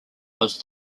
was